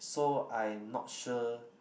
so I not sure